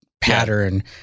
pattern